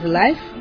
life